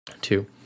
Two